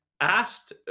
asked